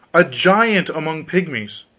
a giant among pigmies,